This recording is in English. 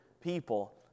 people